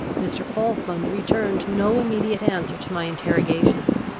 mr. falkland returned no immediate answer to my interrogations.